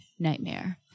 nightmare